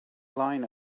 line